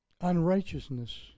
unrighteousness